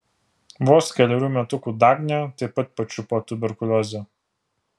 vos kelerių metukų dagnę taip pat pačiupo tuberkuliozė